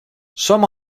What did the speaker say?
some